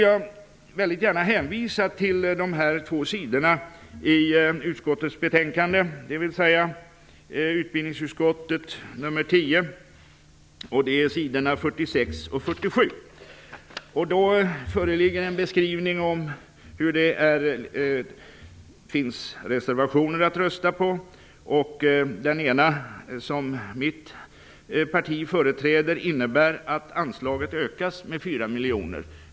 Jag vill gärna hänvisa till utbildningsutskottets betänkande nr 10, s. 46 och 47. Här föreligger en beskrivning av de reservationer som finns att rösta på. Den ena reservationen, som mitt parti företräder, handlar om att öka anslaget med 4 miljoner.